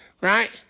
right